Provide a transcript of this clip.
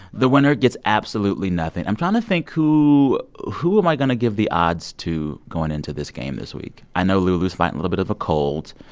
the winner gets absolutely nothing. i'm trying to think who who am i going to give the odds to going into this game this week? i know lulu's fighting a little bit of a cold.